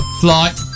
flight